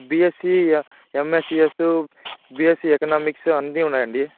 BSc MSCS BSc economics అన్ని ఉన్నాయండి